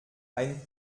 ein